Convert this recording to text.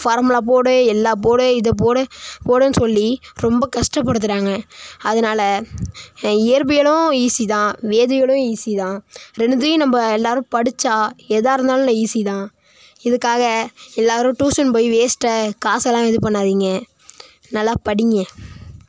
formula போடு எல்லாம் போடு இதை போடு போடுன்னு சொல்லி ரொம்ப கஷ்டப்படுத்துகிறாங்க அதனால இயற்பியலும் ஈஸி தான் வேதியலும் ஈஸி தான் ரெண்டுத்தையும் நம்ம எல்லாரும் படிச்சால் எதாக இருந்தாலும் ஈஸி தான் இதுக்காக எல்லாரும் டியூஷன் போய் வேஸ்ட்டாக காஸலாம் இது பண்ணாதீங்க நல்லா படிங்க